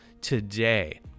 today